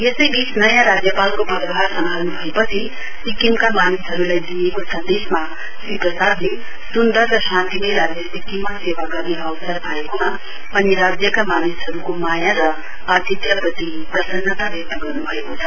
यसैवीच नयाँ राज्यपालको पदभार सम्हाल्न् भएपछि सिक्किमका मानिसहरुलाई दिइएको सन्देशमा श्री प्रसादले सुन्दर र शान्तिमय राज्य सिक्किममा सेवा गर्ने अवसर पाएकोमा अनि राज्यका मानिसहरुको माया र आतिथ्यप्रति प्रसन्नता व्यक्त गर्न्भएको छ